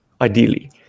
ideally